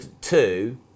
two